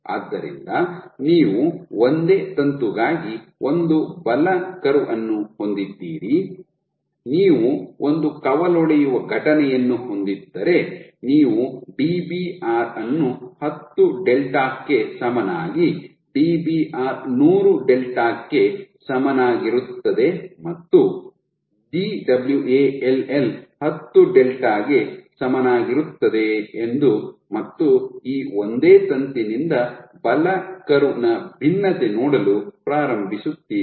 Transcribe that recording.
ಆದ್ದರಿಂದ ನೀವು ಒಂದೇ ತಂತುಗಾಗಿ ಒಂದು ಬಲ ಕರ್ವ್ ಅನ್ನು ಹೊಂದಿದ್ದೀರಿ ನೀವು ಒಂದು ಕವಲೊಡೆಯುವ ಘಟನೆಯನ್ನು ಹೊಂದಿದ್ದರೆ ನೀವು Dbr ಅನ್ನು ಹತ್ತು ಡೆಲ್ಟಾ ಕ್ಕೆ ಸಮನಾಗಿ Dbr ನೂರು ಡೆಲ್ಟಾ ಕ್ಕೆ ಸಮನಾಗಿರುತ್ತದೆ ಮತ್ತು Dwall ಹತ್ತು ಡೆಲ್ಟಾ ಗೆ ಸಮನಾಗಿರುತ್ತದೆ ಎಂದು ಮತ್ತು ಈ ಒಂದೇ ತಂತಿನಿಂದ ಬಲ ಕರ್ವ್ ನ ಭಿನ್ನತೆ ನೋಡಲು ಪ್ರಾರಂಭಿಸುತ್ತೀರಿ